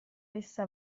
essa